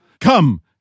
Come